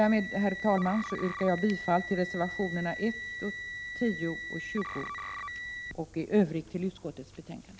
Därmed, herr talman, yrkar jag bifall till reservationerna 1, 10 och 20 och i Övrigt bifall till utskottets hemställan.